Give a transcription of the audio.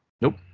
Nope